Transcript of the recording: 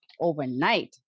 overnight